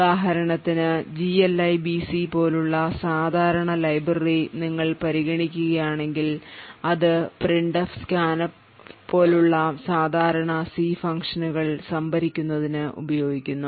ഉദാഹരണത്തിന് Glibc പോലുള്ള സാധാരണ ലൈബ്രറി നിങ്ങൾ പരിഗണിക്കുകയാണെങ്കിൽ അത് printf scanf പോലുള്ള സാധാരണ സി ഫംഗ്ഷനുകൾ സംഭരിക്കുന്നതിന് ഉപയോഗിക്കുന്നു